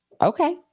Okay